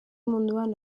munduan